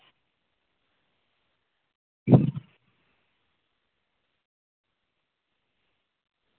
अ